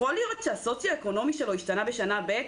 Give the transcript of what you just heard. יכול להיות שהמצב הסוציו-אקונומי שלו השתנה בשנה ב'.